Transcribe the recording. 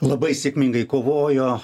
labai sėkmingai kovojo